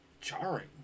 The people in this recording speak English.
jarring